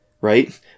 right